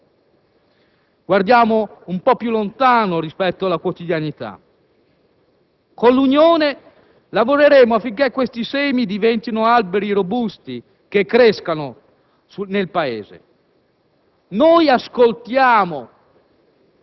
Noi guardiamo anche al futuro, più lontano rispetto alla quotidianità. Con l'Unione, lavoreremo affinché questi semi diventino alberi robusti che crescano nel Paese.